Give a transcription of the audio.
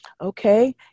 Okay